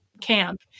camp